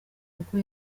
kuko